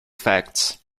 facts